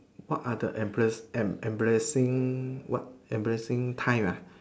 what are the embarass~ em~ embarrassing what embarassing time ah